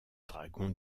dragons